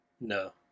No